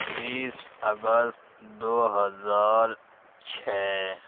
بیس اگست دو ہزار چھ